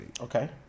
Okay